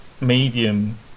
medium